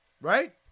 Right